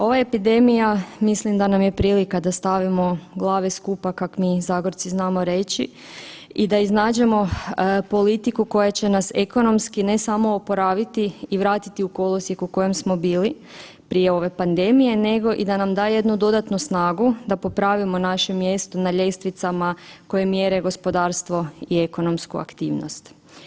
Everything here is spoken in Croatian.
Ova epidemija mislim da nam je prilika da stavimo glave skupa, kak mi Zagorci znamo reći i da iznađemo politiku koja će nas ekonomski ne samo oporaviti i vratiti u kolosijek u kojem smo bili prije ove pandemije nego i da nam da jednu dodatnu snagu da popravimo naše mjesto na ljestvicama koje mjere gospodarstvo i ekonomsku aktivnost.